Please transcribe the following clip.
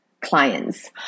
clients